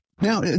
Now